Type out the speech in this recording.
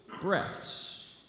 breaths